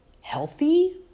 healthy